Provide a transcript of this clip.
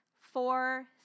Four